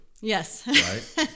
Yes